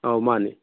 ꯑꯧ ꯃꯥꯟꯅꯦ